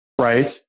Right